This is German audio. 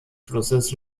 flusses